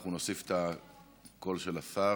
אנחנו נוסיף את הקול של השר.